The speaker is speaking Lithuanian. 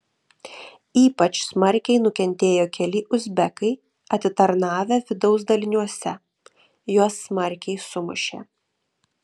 ypač smarkiai nukentėjo keli uzbekai atitarnavę vidaus daliniuose juos smarkiai sumušė